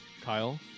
Kyle